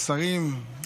השרים,